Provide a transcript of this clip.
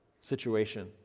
situation